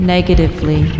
Negatively